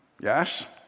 Yes